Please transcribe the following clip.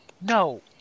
no